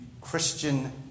Christian